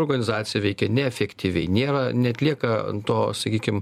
organizacija veikia neefektyviai nėra neatlieka to sakykim